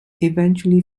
eventually